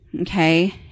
Okay